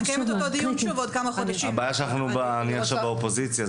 הבעיה שאני עכשיו באופוזיציה.